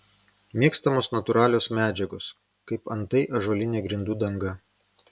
mėgstamos natūralios medžiagos kaip antai ąžuolinė grindų danga